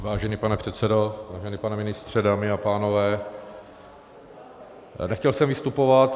Vážený pane předsedo, vážený pane ministře, dámy a pánové, nechtěl jsem vystupovat.